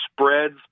spreads